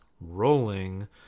rolling